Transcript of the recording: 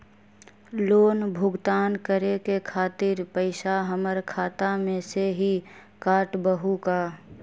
Loan भुगतान करे के खातिर पैसा हमर खाता में से ही काटबहु का?